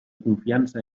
confiança